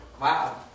Wow